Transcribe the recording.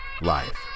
life